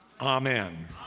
Amen